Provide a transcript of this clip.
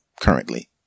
currently